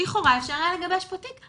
לכאורה אפשר היה לגבש פה תיק,